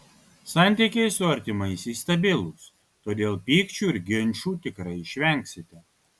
santykiai su artimaisiais stabilūs todėl pykčių ir ginčų tikrai išvengsite